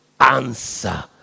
answer